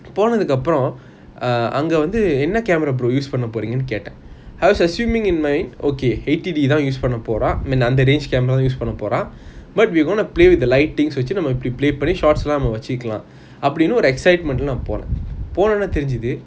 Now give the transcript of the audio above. போனதுக்கு அப்புறம் அங்க வந்து என்ன:ponathuku apram anga vanthu enna camera bro use பண்ண போறிங்கனு கேட்டான்:panna poringanu kaetan I was assuming it might okay அந்த:antha range camera தான்:thaan use பண்ண போறான்:panna poran but we're going to play with the lightings வெச்சி நம்ம இப்பிடி:vechi namma ipidi shots லாம் வெச்சுக்கலாம் அப்பிடின்னு ஒரு:lam vechikalam apidinu oru excitement lah நான் போனான் போனான் ஒடனே தெரிஞ்சிது:naan ponan ponan odaney terinjithu